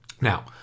Now